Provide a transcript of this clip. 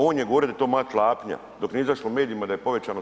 On je govorio da je to moja klapnja, dok nije izašlo u medijima da je povećano 74%